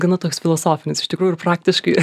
gana toks filosofinis iš tikrųjų ir praktiškai